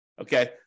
Okay